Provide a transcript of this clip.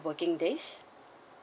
working days